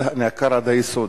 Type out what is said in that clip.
נעקר עד היסוד.